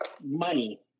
money